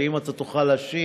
ואם אתה תוכל להשיב